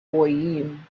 fayoum